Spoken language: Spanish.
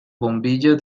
bombillas